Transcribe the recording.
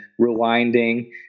rewinding